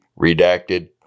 redacted